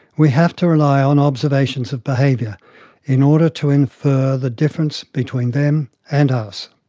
we have to rely on observations of behaviour in order to infer the difference between them and us.